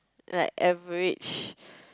like average